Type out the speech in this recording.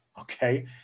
okay